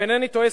אם אינני טועה,